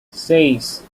seis